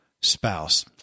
spouse